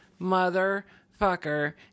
motherfucker